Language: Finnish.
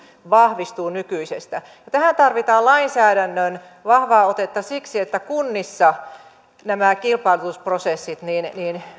vahvistuu nykyisestä tähän tarvitaan lainsäädännön vahvaa otetta siksi että kunnissa nämä kilpailutusprosessit